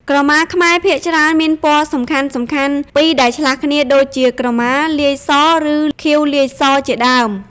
ក្រមាខ្មែរភាគច្រើនមានពណ៌សំខាន់ៗពីរដែលឆ្លាស់គ្នា ដូចជា ក្រហមលាយស ឬ ខៀវលាយស ជាដើម។